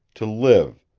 to live,